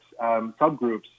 subgroups